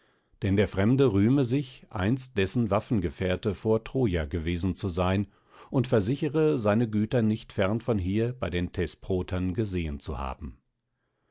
denn der fremde rühme sich einst dessen waffengefährte vor troja gewesen zu sein und versichere seine güter nicht fern von hier bei den thesprotern gesehen zu haben